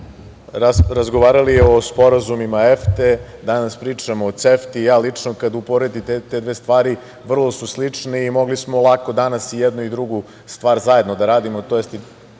razgovarali o sporazumima EFTA, danas pričamo o CEFTA. Ja lično kada uporedim te dve stvari, vrlo su slične i mogli smo lako danas i jednu i drugu stvar zajedno da radimo, tj. slične